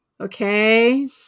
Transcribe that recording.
Okay